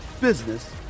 business